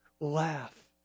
laugh